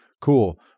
Cool